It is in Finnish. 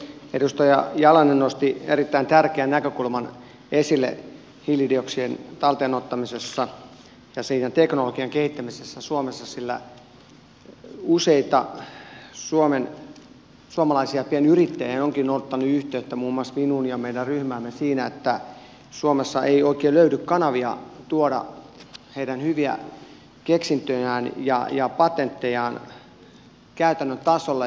edustaja jalonen nosti erittäin tärkeän näkökulman esille hiilidioksidin talteen ottamisesta ja sen teknologian kehittämisestä suomessa sillä useat suomalaiset pienyrittäjät ovatkin ottaneet yhteyttä muun muassa minuun ja meidän ryhmäämme siitä että suomessa ei oikein löydy kanavia tuoda heidän hyviä keksintöjään ja patenttejaan käytännön tasolle